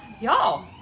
Y'all